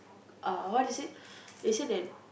uh what is it they said that